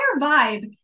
vibe